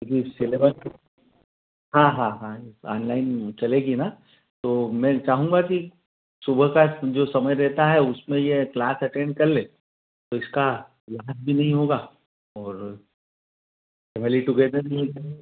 क्योकि सिलेबस तो हाँ हाँ हाँ जी आनलाइन चलेगी न तो मैं चाहूँगा कि सुबह का जो समय रहता है उसमें यह क्लास एटेंड कर ले तो इसका भी नहीं होगा और फैमली टूगेदर भी हो जाएगा